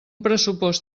pressupost